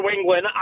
England